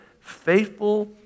Faithful